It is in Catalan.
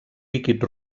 líquid